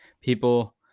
people